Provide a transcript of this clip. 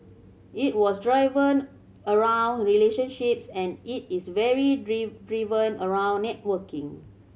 it was driven around relationships and it is very driven around networking